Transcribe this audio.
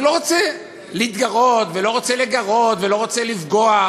אני לא רוצה להתגרות ולא רוצה לגרות ולא רוצה לפגוע,